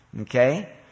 Okay